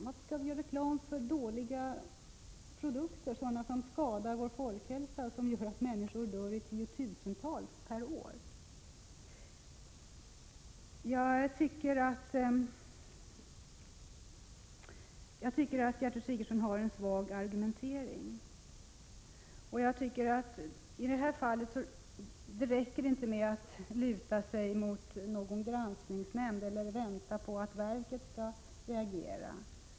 Varför skall det göras reklam för dåliga produkter, som skadar folkhälsan och som gör att människor dör i tiotusental per år? Jag tycker att Gertrud Sigurdsens argumentering är svag. I detta fall räcker det inte med att luta sig mot en granskningsnämnd eller vänta på att konsumentverket skall reagera.